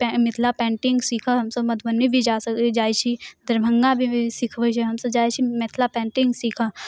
Mithila painting सीखऽ हमसभ मधुबनी भी जा सकैत जाइत छी दरभङ्गामे भी सिखबैत छै हमसभ जाइत छी मिथिला पेंटिङ्ग सीखऽ